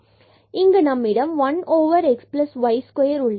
எனவே இங்கு நம்மிடம் 1xy square உள்ளது